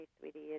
sweetie